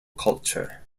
culture